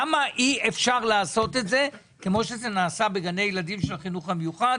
למה אי אפשר לעשות את זה כמו שזה נעשה בגני ילדים של החינוך המיוחד